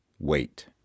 Wait